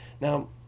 Now